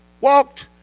walked